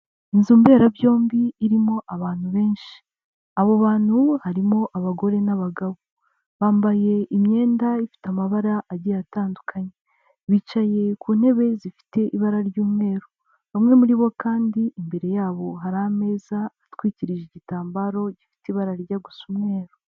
Inzu mberabyombi irimo abantu benshi abo bantu harimo abagore n'abagabo bambaye imyenda ifite amabara agiye atandukanye bicaye ku ntebe zifite ibara ry'umweru bamwe muri bo kandi imbere yabo hari ameza atwikirije igitambaro gifite ibara rijya gusa umweru.